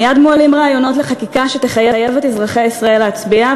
מייד מועלים רעיונות לחקיקה שתחייב את אזרחי ישראל להצביע,